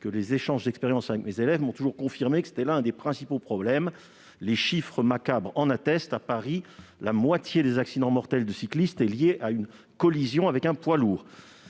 que les échanges d'expériences avec mes élèves m'ont toujours confirmé que c'était l'un des principaux problèmes. Les chiffres macabres en attestent : à Paris, la moitié des accidents mortels de cyclistes sont liés à une collision avec un poids lourd.